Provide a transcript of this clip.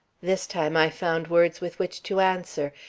this time i found words with which to answer.